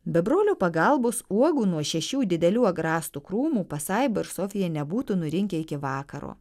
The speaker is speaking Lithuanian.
be brolio pagalbos uogų nuo šešių didelių agrastų krūmų pasaiba ir sofija nebūtų nurinkę iki vakaro